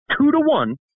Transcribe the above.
two-to-one